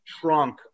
trunk